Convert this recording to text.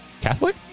Catholic